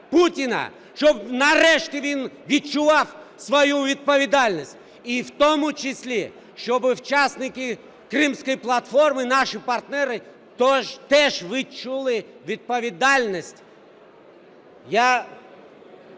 щоб нарешті він відчував свою відповідальність, і в тому числі, щоб учасники Кримської платформи, наші партнери, теж відчули відповідальність.